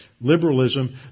liberalism